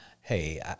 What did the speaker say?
Hey